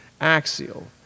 axial